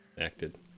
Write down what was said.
acted